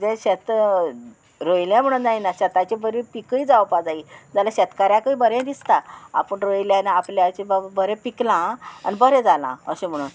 शेत रोंयले म्हणून जायना शेताची बरी पिकय जावपा जायी जाल्यार शेतकाराकूय बरें दिसता आपूण रोयलें आनी आपल्याचे बाबा बरें पिकलां आं आनी बरें जालां अशें म्हणून